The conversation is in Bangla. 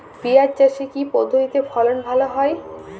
পিঁয়াজ চাষে কি পদ্ধতিতে ফলন ভালো হয়?